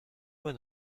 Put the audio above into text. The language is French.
loin